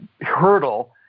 hurdle